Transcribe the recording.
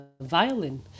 violin